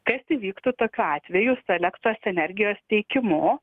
kas įvyktų tokiu atveju su elektros energijos tiekimu